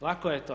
Lako je to.